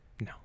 No